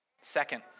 Second